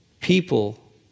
people